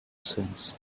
since